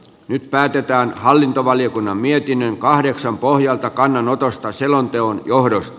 nyt päätetään hallintovaliokunnan mietinnön pohjalta kannanotosta selonteon johdosta